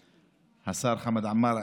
השר חמד עמאר,